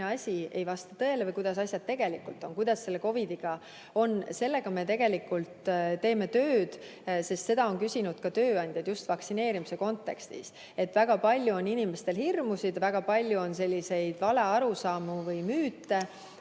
asi ei vasta tõele või kuidas asjad tegelikult on, kuidas selle COVID-iga on – sellega me tegelikult teeme tööd. Seda on küsinud ka tööandjad just vaktsineerimise kontekstis. Et väga palju on inimestel hirmusid, väga palju on valearusaamu või müüte,